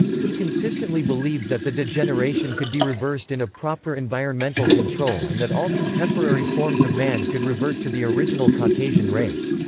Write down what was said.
he consistently believed that the degeneration could be reversed in a proper environmental control and that all contemporary forms of man could revert to the original caucasian race.